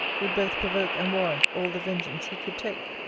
would both provoke and warrant all the vengeance he could take.